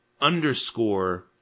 underscore